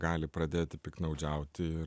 gali pradėti piktnaudžiauti ir